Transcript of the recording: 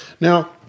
Now